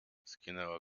skinęła